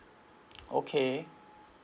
okay